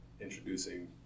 introducing